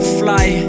fly